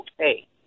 okay